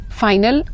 final